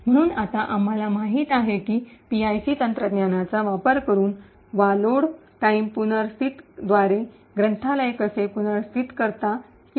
म्हणून आता आम्हाला माहित आहे की पीआयसी तंत्रज्ञानाचा वापर करून वा लोड टाईम पुनर्स्थित द्वारे ग्रंथालय कसे पुनर्स्थित करता येते